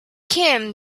kim